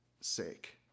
sake